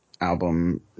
album